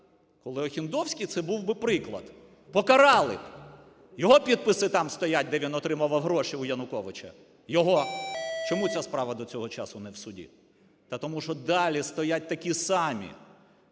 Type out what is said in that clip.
коли Охендовський це був би приклад. Покарали б. Його підписи стоять там, де він отримував гроші у Януковича? Його. Чому ця справа до цього часу не в суді? Та тому що далі стоять такі самі.